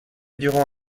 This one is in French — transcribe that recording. durant